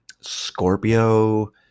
Scorpio